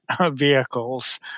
vehicles